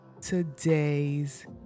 today's